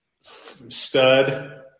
Stud